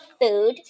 food